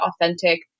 authentic